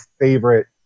favorite